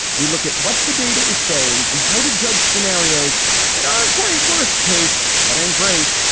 we look at what the data is saying and how did judge scenarios that aren't quite worst case but and great.